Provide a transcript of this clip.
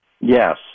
Yes